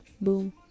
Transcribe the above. boom